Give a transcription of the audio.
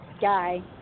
guy